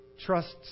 trusts